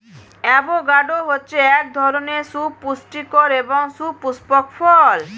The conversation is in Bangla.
অ্যাভোকাডো হচ্ছে এক ধরনের সুপুস্টিকর এবং সুপুস্পক ফল